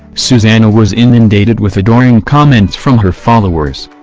susanna was inundated with adoring comments from her followers.